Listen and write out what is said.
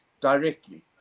directly